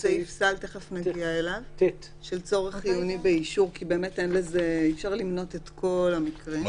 כי באמת אי אפשר למנות את כל המקרים.